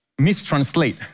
mistranslate